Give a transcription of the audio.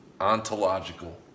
Ontological